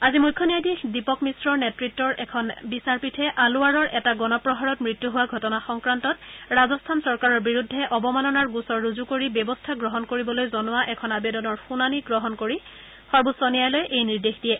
আজি মুখ্য ন্যায়াধীশ দীপক মিশ্ৰৰ নেতৃত্বৰ এখন বিচাৰপীঠে আলোৱাৰৰ এটা গণপ্ৰহাৰত মৃত্যু হোৱা ঘটনা সংক্ৰান্তত ৰাজস্থান চৰকাৰৰ বিৰুদ্ধে অৱমাননাৰ গোচৰ ৰুজু কৰি ব্যৱস্থা গ্ৰহণ কৰিবলৈ জনোৱা এখন আবেদনৰ শুনানী গ্ৰহণ কৰি সৰ্বোচ্চ ন্যায়ালয়ে এই নিৰ্দেশ দিয়ে